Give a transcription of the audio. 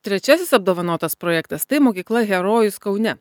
trečiasis apdovanotas projektas tai mokykla herojus kaune